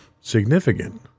significant